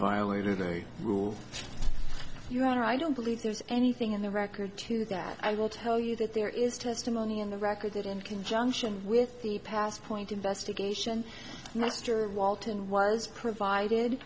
violated a rule your honor i don't believe there's anything in the record to that i will tell you that there is testimony in the record that in conjunction with the past point investigation mr walton was provided